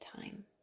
time